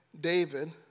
David